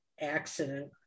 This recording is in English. accident